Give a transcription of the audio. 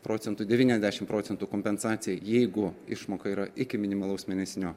procentų devyniasdešimt procentų kompensacija jeigu išmoka yra iki minimalaus mėnesinio